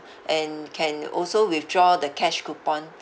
and can also withdraw the cash coupon